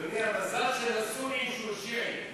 אדוני, המזל של הסונים שהוא שיעי.